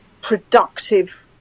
productive